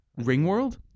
Ringworld